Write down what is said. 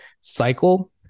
cycle